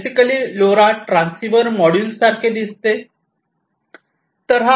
आता basically LoRa transceiver मॉड्यूलसारखे दिसते